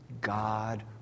God